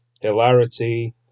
hilarity